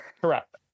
Correct